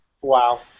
Wow